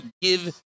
give